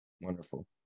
Wonderful